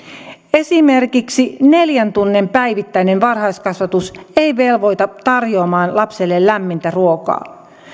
esimerkiksi neljän tunnin päivittäinen varhaiskasvatus ei velvoita tarjoamaan lapselle lämmintä ruokaa